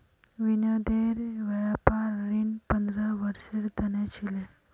विनोदेर व्यापार ऋण पंद्रह वर्षेर त न छिले